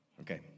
Okay